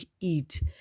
eat